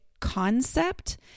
concept